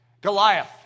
Goliath